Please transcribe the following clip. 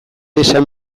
esan